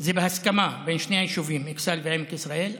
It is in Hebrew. זה בהסכמה בין שני היישובים, אכסאל ועמק יזרעאל.